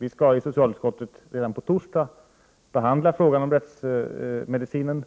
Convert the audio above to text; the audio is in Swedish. Vi skall i socialutskottet redan på torsdag behandla frågan om rättsmedicinen,